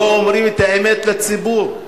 לא אומרים את האמת לציבור.